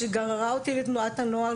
שגררה אותי לתנועת הנוער,